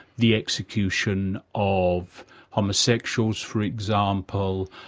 the execution of homosexuals, for example,